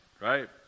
right